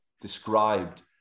described